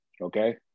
okay